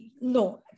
no